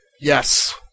Yes